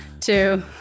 two